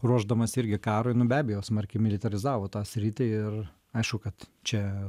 ruošdamas irgi karui nu be abejo smarkiai militarizavo tą sritį ir aišku kad čia